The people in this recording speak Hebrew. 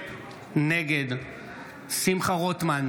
נגד שמחה רוטמן,